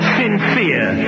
sincere